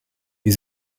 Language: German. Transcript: wir